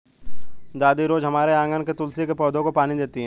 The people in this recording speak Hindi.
दादी रोज हमारे आँगन के तुलसी के पौधे को पानी देती हैं